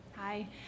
Hi